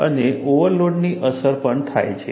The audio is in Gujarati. અને ઓવરલોડની અસર પણ થાય છે